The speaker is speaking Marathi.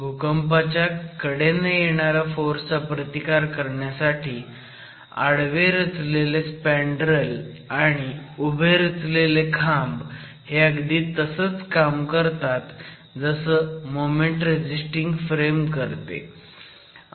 भूकंपाच्या कडेने येणाऱ्या फोर्सचा प्रतिकार करण्यासाठी आडवे रचलेले स्पँडरेल आणि उभे रचलेले खांब हे अगदी तसंच काम करतात जसं मोमेंट रेझिस्टिंग फ्रेम करते